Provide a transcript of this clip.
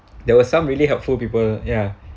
there were some really helpful people ya